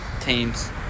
teams